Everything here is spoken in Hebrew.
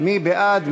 מי בעד?